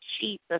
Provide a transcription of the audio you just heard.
Jesus